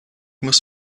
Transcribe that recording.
muss